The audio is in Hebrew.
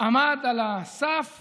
עמד על הסף